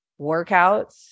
workouts